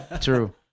true